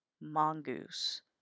mongoose